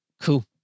Cool